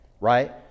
Right